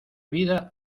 vida